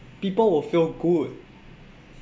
people will feel good